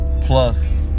Plus